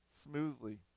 smoothly